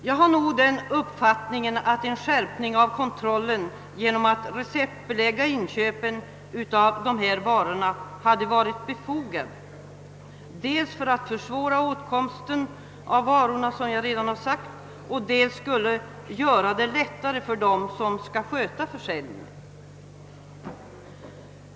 Jag har den uppfattningen att en skärpning av kontrollen genom att receptbelägga inköpen av dessa varor hade varit befogad dels, såsom jag redan nämnt, för att försvåra åtkomligheten av varorna, dels för att underlätta arbetet för dem som skall sköta försäljningen.